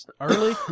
early